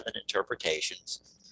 interpretations